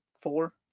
four